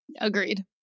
agreed